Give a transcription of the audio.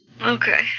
Okay